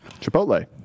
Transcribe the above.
chipotle